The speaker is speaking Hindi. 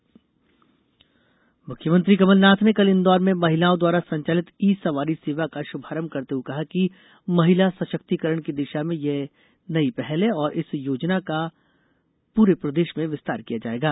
ई सवारी योजना मुख्यमंत्री कमलनाथ ने कल इंदौर में महिलाओं द्वारा संचालित ई सवारी सेवा का शुभारंभ करते हुए कहा कि महिला सशक्तिकरण की दिशा में यह नई पहल है और इस योजना का पूरे प्रदेश में विस्तार किया जायेगा